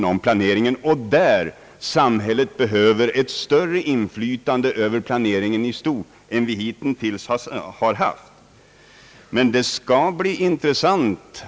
Vad är det man gör?